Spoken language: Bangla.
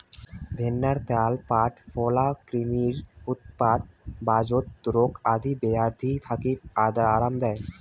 ভেন্নার ত্যাল প্যাট ফোলা, ক্রিমির উৎপাত, বাতজ রোগ আদি বেয়াধি থাকি আরাম দেই